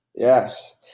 Yes